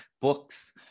books